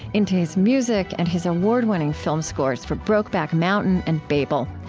into his music and his award-winning film scores for brokeback mountain and babel.